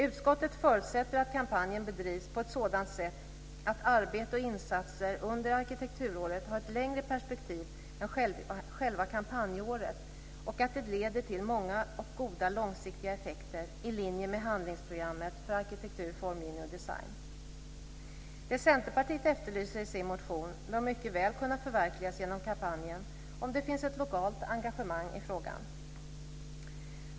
Utskottet förutsätter att kampanjen bedrivs på ett sådant sätt att arbete och insatser under arkitekturåret har ett längre perspektiv än själva kampanjåret och att det leder till många och goda långsiktiga effekter i linje med handlingsprogrammet för arkitektur, formgivning och design. Det Centerpartiet efterlyser i sin motion bör mycket väl kunna förverkligas genom kampanjen om det finns ett lokalt engagemang i frågan.